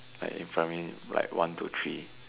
like in primary like one two three